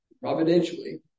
Providentially